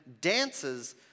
dances